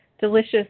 delicious